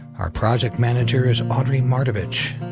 our project manager is audrey mardavich,